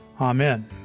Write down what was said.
Amen